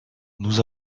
nous